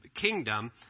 kingdom